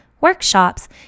workshops